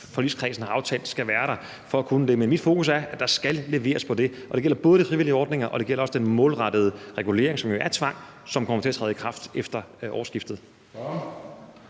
forligskredsen har aftalt skal være der for at kunne det. Men mit fokus er, at der skal leveres på det, og det gælder både de frivillige ordninger, og det gælder også den målrettede regulering, som jo er tvang, og som kommer til at træde i kraft efter årsskiftet.